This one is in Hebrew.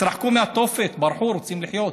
התרחקו מהתופת, ברחו, רוצים לחיות.